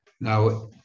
Now